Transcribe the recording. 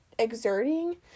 exerting